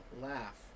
laugh